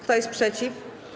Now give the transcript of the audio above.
Kto jest przeciw?